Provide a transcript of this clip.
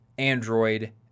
Android